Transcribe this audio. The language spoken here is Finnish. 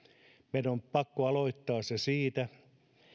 meidän on pakko aloittaa se siitä